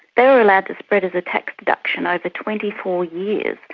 they were allowed to spread as a tax deduction over twenty four years,